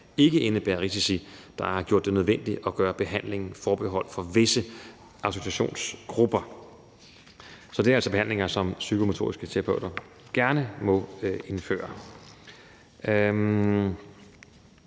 ikke indebærer risici, der gør det nødvendigt, at behandlingen er forbeholdt visse autorisationsgrupper. Det er altså behandlinger, som psykomotoriske terapeuter gerne må udføre. Resten